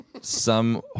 some-